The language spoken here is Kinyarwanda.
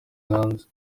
hanze